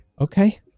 okay